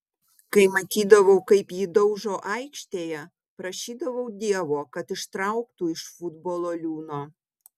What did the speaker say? kai matydavau kaip jį daužo aikštėje prašydavau dievo kad ištrauktų iš futbolo liūno